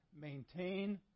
Maintain